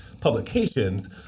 publications